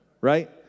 right